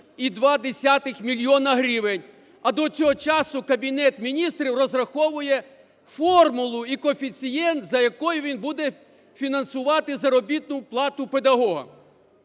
7,2 мільйона гривень. А до цього часу Кабінет Міністрів розраховує формулу і коефіцієнт, за якою він буде фінансувати заробітну плату педагогам.